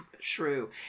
shrew